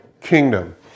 kingdom